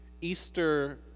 Easter